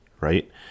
right